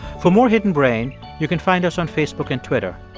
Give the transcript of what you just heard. for more hidden brain, you can find us on facebook and twitter.